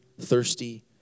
thirsty